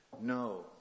No